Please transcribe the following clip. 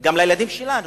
גם לילדים שלנו,